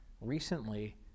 recently